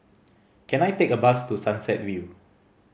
can I take a bus to Sunset View